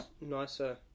nicer